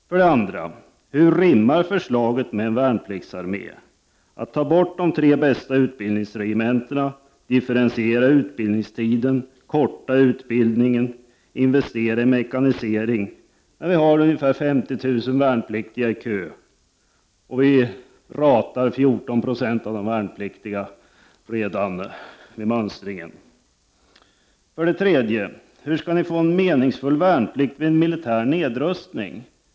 För det andra: Hur rimmar förslaget med en värnpliktsarmé? Det är fråga om att ta bort de tre bästa utbildningsregementena, differentiera utbildningstiden, avkorta utbildningen, investera i mekanisering — när vi har ungefär 50 000 värnpliktiga i kö och när vi ratar 14 96 av de värnpliktiga redan vid mönstringen. För det tredje: Hur skall ni få en meningsfull värnplikt vid en militär nedrustning?